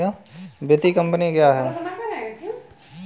वित्तीय कम्पनी क्या है?